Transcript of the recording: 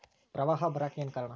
ಪ್ರವಾಹ ಬರಾಕ್ ಏನ್ ಕಾರಣ?